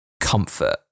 comfort